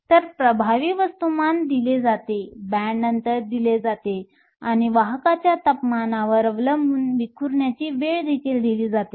तर प्रभावी वस्तुमान दिले जाते बँड अंतर दिले जाते आणि वाहकांच्या तापमानावर अवलंबून विखुरण्याची वेळ देखील दिली जाते